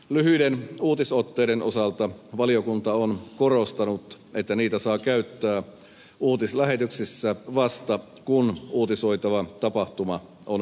lyhyiden uutisotteiden osalta valiokunta on korostanut että niitä saa käyttää uutislähetyksissä vasta kun uutisoitava tapahtuma on päättynyt